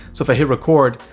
so if i hit record,